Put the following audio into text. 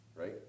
right